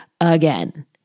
again